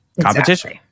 competition